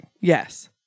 Yes